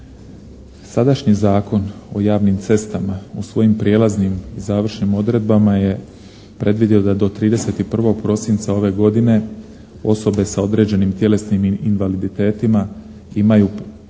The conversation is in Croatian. Sadašnji Zakon o javnim cestama u svojim prijelaznim i završnim odredbama je predvidio da do 31. prosinca ove godine osobe sa određenim tjelesnim invaliditetima imaju,